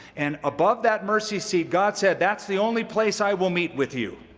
and above that mercy seat god said, that's the only place i will meet with you.